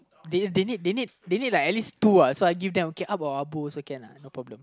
they they need they need like at least two uh so I give them okay Ab or Ahbu also can uh no problem